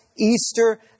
Easter